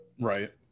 Right